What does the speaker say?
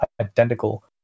identical